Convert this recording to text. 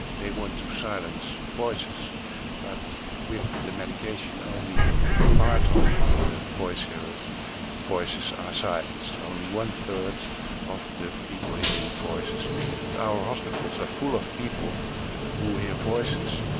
they want to silence voices but with the medication only a part of voice hearers voices are silenced. only one third of the people hearing voices our hospitals are full of people who hear voices,